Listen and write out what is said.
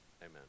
amen